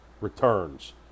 returns